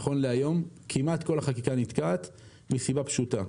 ונכון להיום כמעט כל החקיקה נתקעת מסיבה פשוטה: